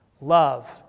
Love